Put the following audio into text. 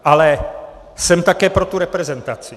Ale jsem také pro tu reprezentaci.